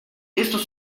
estos